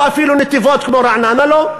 או אפילו לנתיבות כמו לרעננה: לא.